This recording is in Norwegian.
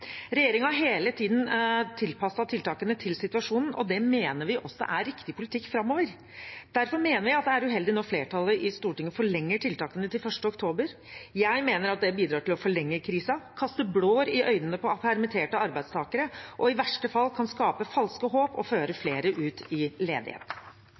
har hele tiden tilpasset tiltakene til situasjonen, og det mener vi også er riktig politikk framover. Derfor mener vi at det er uheldig når flertallet i Stortinget forlenger tiltakene til 1. oktober. Jeg mener at det bidrar til å forlenge krisen, kaster blår i øynene på permitterte arbeidstakere og kan i verste fall skape falske håp og føre flere ut i ledighet.